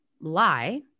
lie